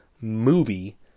movie